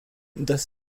das